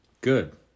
Good